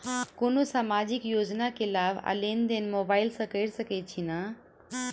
कोनो सामाजिक योजना केँ लाभ आ लेनदेन मोबाइल सँ कैर सकै छिःना?